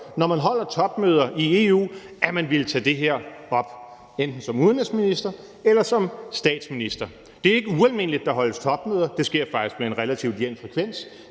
når man holder topmøder i EU, tager det her op enten som udenrigsminister eller som statsminister. Det er ikke ualmindeligt, at der holdes topmøder, det sker faktisk med en relativt jævn frekvens,